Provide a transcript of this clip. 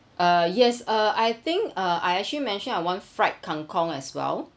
uh yes uh I think uh I actually mentioned I want fried kang kong as well